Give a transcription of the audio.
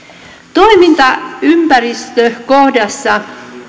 toimintaympäristö kohdassa